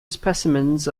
specimens